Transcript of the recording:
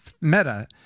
meta